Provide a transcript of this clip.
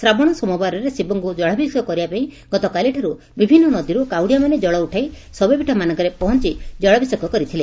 ଶ୍ରାବଣ ସୋମବାରରେ ଶିବଙ୍କୁ ଜଳାଭିଷେକ କରିବାପାଇଁ ଗତକାଲିଠାରୁ ବିଭିନ୍ମ ନଦୀରୁ କାଉଡ଼ିଆମାନେ ଜଳ ଉଠାଇ ଶୈବପୀଠମାନଙ୍କରେ ପହଞ୍ ଜଳାଭିଷେକ କରିଥିଲେ